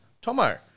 Tomo